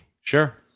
Sure